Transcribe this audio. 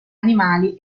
animali